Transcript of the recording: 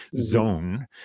zone